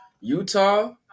Utah